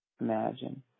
imagine